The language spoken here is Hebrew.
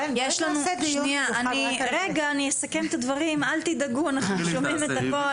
אני אסכם את הדברים אל תדאגו אנחנו שומעים את הכול,